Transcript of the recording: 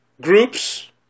groups